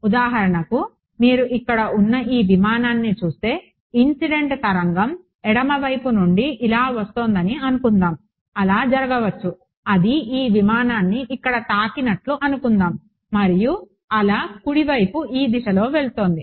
ఉదాహరణకు మీరు ఇక్కడ ఉన్న ఈ విమానాన్ని చూస్తే ఇన్సిడెంట్ తరంగం ఎడమ వైపు నుండి ఇలా వస్తోందని అనుకుందాం అలా జరగవచ్చు అది ఈ విమానాన్ని ఇక్కడ తాకినట్లు అనుకుందాం మరియు అల కుడివైపు ఈ దిశలో వెళ్తుంది